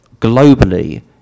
globally